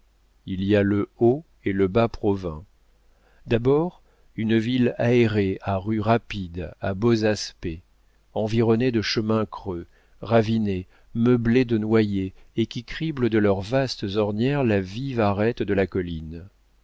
il y a le haut et le bas provins d'abord une ville aérée à rues rapides à beaux aspects environnée de chemins creux ravinés meublés de noyers et qui criblent de leurs vastes ornières la vive arête de la colline